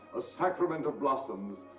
a sacrament of blossoms,